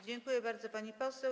Dziękuję bardzo, pani poseł.